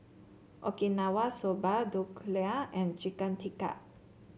Okinawa Soba Dhokla and Chicken Tikka